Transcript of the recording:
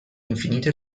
infinite